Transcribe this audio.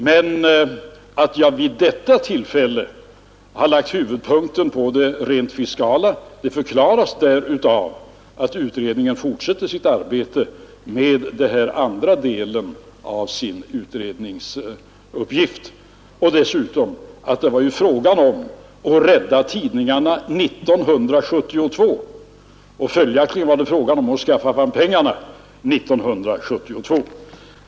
Men att jag vid detta tillfälle har lagt tyngdpunkten på det rent fiskala förklaras av att utredningen fortsätter sitt arbete med andra delen av sin utredningsuppgift. Dessutom var det fråga om att rädda tidningarna 1972. Följaktligen måste pengarna skaffas fram 1972.